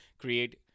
create